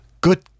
good